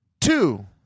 Two